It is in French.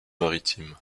maritime